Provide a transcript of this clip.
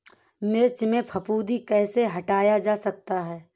मिर्च में फफूंदी कैसे हटाया जा सकता है?